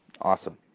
Awesome